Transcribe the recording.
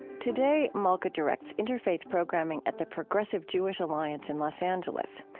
today, malka directs interfaith programming at the progressive jewish alliance in los angeles.